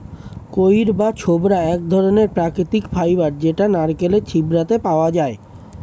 কইর বা ছোবড়া এক ধরণের প্রাকৃতিক ফাইবার যেটা নারকেলের ছিবড়েতে পাওয়া যায়